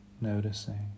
noticing